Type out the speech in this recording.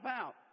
out